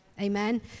Amen